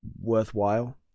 worthwhile